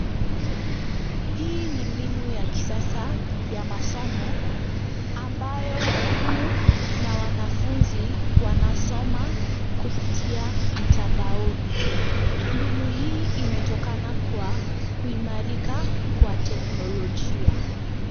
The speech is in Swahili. Hii ni mbinu ya kisasa ya masomo ambayo walimu na wanafunzi wanasoma kupitia mtandaoni. Mbinu hii imetokana kwa kuimarika kwa teknolojia.